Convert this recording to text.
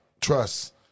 trust